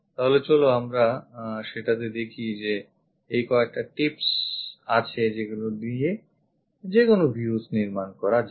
তাহলে চলো আমরা সেটাতে দেখি যে এই কয়েকটা tips আছে যেগুলো দিয়ে যেকোন views নির্মাণ করা যায়